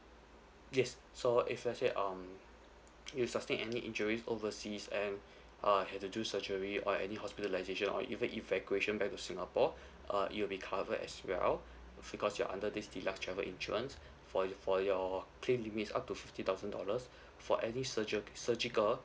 yes so if let's say um you sustain any injuries overseas and uh have to do surgery or any hospitalisation or even evacuation back to singapore uh it will be covered as well because you are under this deluxe travel insurance for for your claim limit up to fifty thousand dollars for any surge~ surgical